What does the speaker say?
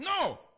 No